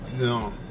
no